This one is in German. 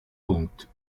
punkt